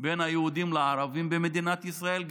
בין היהודים לערבים במדינת ישראל.